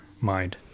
mind